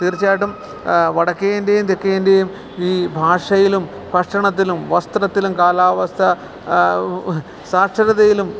തീർച്ചയായിട്ടും വടക്കേ ഇന്ത്യയും തെക്കേ ഇന്ത്യയും ഈ ഭാഷയിലും ഭക്ഷണത്തിലും വസ്ത്രത്തിലും കാലാവസ്ഥയിലും സാക്ഷരതയിലും